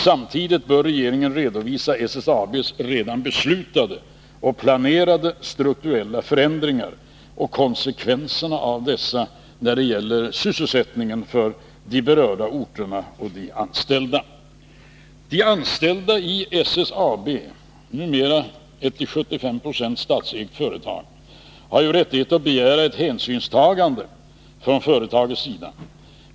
Samtidigt bör regeringen redovisa SSAB:s redan beslutade och planerade strukturella förändringar och konsekvenserna av dessa för sysselsättningen på de berörda orterna och för de anställda. De anställda i SSAB, numera ett till 75 90 statsägt företag, har rättighet att begära ett hänsynstagande från företagets sida.